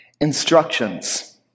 instructions